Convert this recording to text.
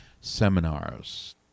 seminars